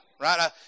right